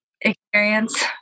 experience